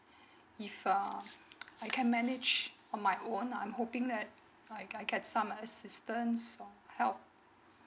if um I can manage on my own I'm hoping that I get some assistance or help